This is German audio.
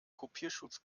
kopierschutz